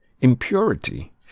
impurity